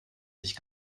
sich